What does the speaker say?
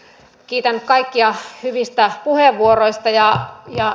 kiitän kaikkia hyvistä puheenvuoroista